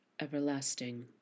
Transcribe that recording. everlasting